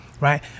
right